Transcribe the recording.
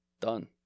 Done